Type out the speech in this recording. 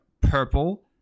purple